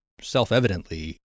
self-evidently